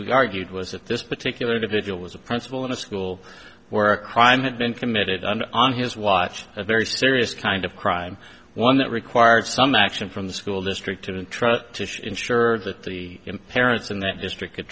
we argued was that this particular individual was a principal in a school where a crime had been committed on his watch a very serious kind of crime one that required some action from the school district to try to ensure that the parents in that district could